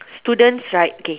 students right okay